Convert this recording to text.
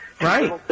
Right